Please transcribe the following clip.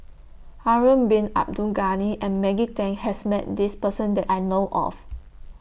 Harun Bin Abdul Ghani and Maggie Teng has Met This Person that I know of